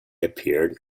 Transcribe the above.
appeared